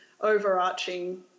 overarching